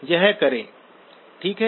यह करो ठीक है